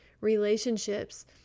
relationships